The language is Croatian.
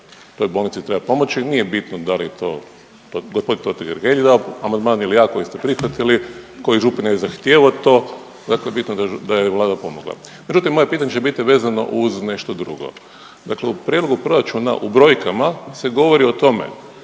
toj bolnici treba pomoći i nije bitno da li je to gospodin Totgergeli dao amandman ili ja koji ste prihvatili, koji župan je zahtijevao to. Dakle, bitno je da je Vlada pomogla. Međutim, moje pitanje će biti vezano uz nešto drugo. Dakle u Prijedlogu proračuna u brojkama se govori o tome